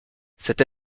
cette